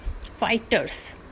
fighters